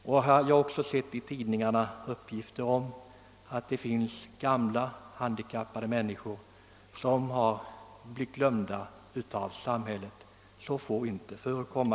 Likaså har jag i tidningarna läst uppgifter om att det finns gamla och handikappade människor som blivit bortglömda av samhället. Sådant får inte förekomma!